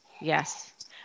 yes